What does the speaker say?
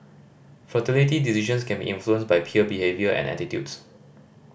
fertility decisions can be influenced by peer behaviour and attitudes